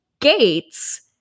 gates